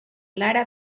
lara